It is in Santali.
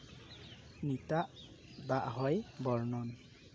ᱱᱤᱛᱟᱜ ᱫᱟᱜ ᱦᱚᱭ ᱵᱚᱨᱱᱚᱱ